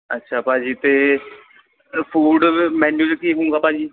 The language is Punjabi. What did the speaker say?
ਅੱਛਾ ਭਾਅ ਜੀ ਅਤੇ ਫੂਡ ਮੈਨੀਊ 'ਚ ਕੀ ਹੋਵੇਗਾ ਭਾਅ ਜੀ